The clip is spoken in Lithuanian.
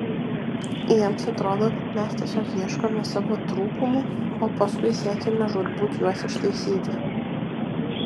jiems atrodo kad mes tiesiog ieškome savo trūkumų o paskui siekiame žūtbūt juos ištaisyti